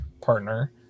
partner